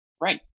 Right